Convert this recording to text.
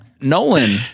Nolan